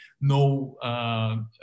no